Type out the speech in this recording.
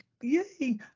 Yay